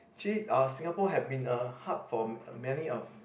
actually uh Singapore have been a hub for uh many of